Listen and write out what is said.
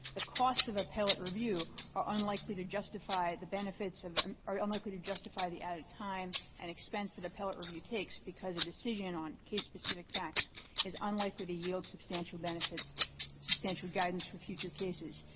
the costs of appellate review are unlikely to justify the benefits of of um are unlikely to justify the added time and expense that appellate review takes because a decision on case-specific facts is unlikely to yield substantial benefits substantial guidance for future cases.